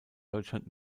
deutschland